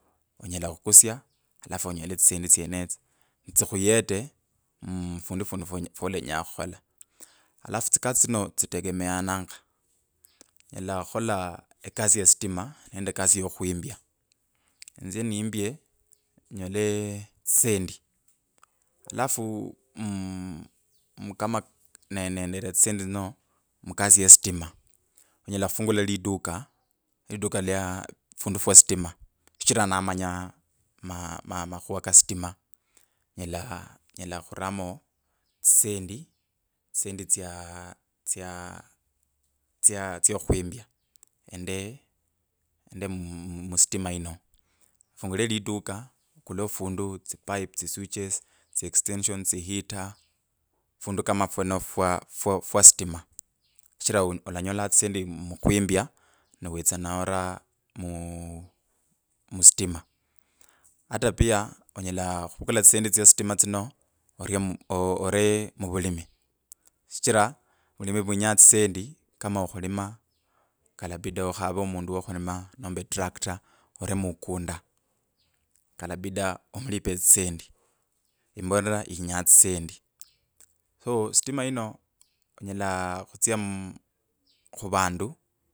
Onyela khukusya alafu onyele tsisendi tsenetsyo tsikhuyeta mmmh mufundu fundi fwo fwolenya khukhola. Alafu tsikasi tsino, tsitegemeananga, nyela khukhola ekasi ye stima nende ya okhwimbya, inzye nimbya enyole etsisendi alafu mmmh mkamane bendera tsisendi tsino mukasi ye stima, onyela khufaulu liduka, liduka lya fundi fwa stima shichira nawenya ma- ma- makhuva ka stima nyela nyala khuruma tsisendi. Tsisendi tsya tsya tsya khwimbya ende ende mm mustima ino fungule liduka akule fundu tsipipe, tsiswitches, tsiextensions, tsiheater, fundu kama ofwenofu fwa fwa stima sishira alanyola tsisendi mukhuombaya niwitswa nora mu mustima. ata pia onyala khumvukula tsisendi tsya stima tsino arye ove muvulimi shichira vulimii vwinya tsisendi kama okhulima kalabida okhave mundu wo okhulima nomba tractor ore mukunda kalabida omulipe tsisendi imbolera inya tsisendi so stima onyela khutsya mmm khuvandu.